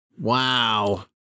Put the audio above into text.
Wow